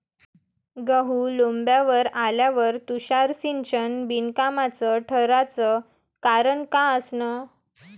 गहू लोम्बावर आल्यावर तुषार सिंचन बिनकामाचं ठराचं कारन का असन?